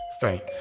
faint